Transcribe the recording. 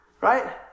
right